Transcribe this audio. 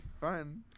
fun